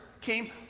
came